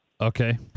Okay